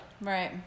Right